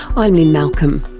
i'm lynne malcolm,